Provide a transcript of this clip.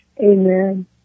Amen